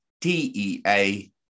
T-E-A